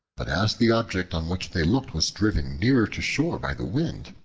but as the object on which they looked was driven nearer to shore by the wind,